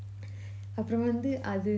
அப்புறம் வந்து அது:apram vanthu athu